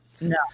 No